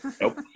Nope